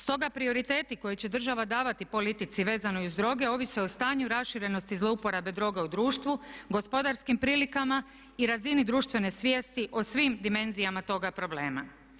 Stoga prioriteti koje će država davati politici vezano uz droge ovise o stanju raširenosti zlouporabe droga u društvu, gospodarskim prilikama i razini društvene svijesti o svim dimenzijama toga problema.